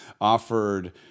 offered